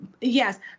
Yes